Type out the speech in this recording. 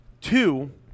Two